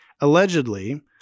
Allegedly